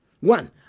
One